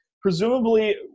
presumably